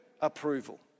approval